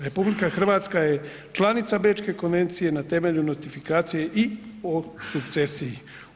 RH je članica Bečke konvencije na temelju notifikacije i o sukcesiji.